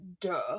duh